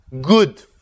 good